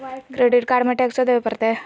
Credit card में टेक्सो देवे परते?